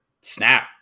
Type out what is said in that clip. snap